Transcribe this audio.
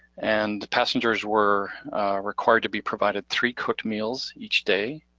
and the passengers were required to be provided three cooked meals each day,